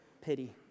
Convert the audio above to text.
pity